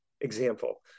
example